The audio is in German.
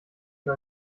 für